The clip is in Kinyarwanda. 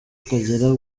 kugera